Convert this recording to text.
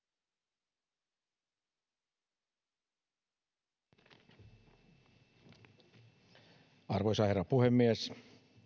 arvoisa herra puhemies